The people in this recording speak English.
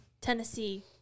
Tennessee